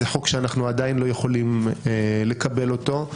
זה חוק שאנחנו עדין לא יכולים לקבל אותו.